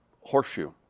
horseshoe